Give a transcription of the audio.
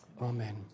Amen